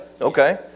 Okay